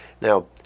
Now